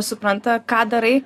supranta ką darai